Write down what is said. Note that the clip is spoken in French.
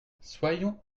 soyons